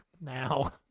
Now